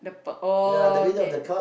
the pe~ oh okay